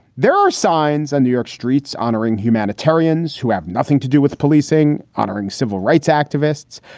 there are signs on new york streets honoring humanitarians who have nothing to do with policing, honoring civil rights activists,